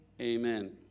Amen